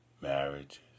marriages